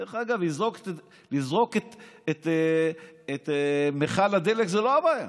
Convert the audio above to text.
דרך אגב, לזרוק את מכל הדלק זה לא הבעיה,